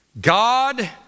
God